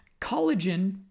Collagen